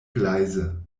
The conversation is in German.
gleise